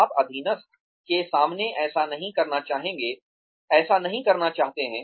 आप अधीनस्थ के सामने ऐसा नहीं करना चाहते हैं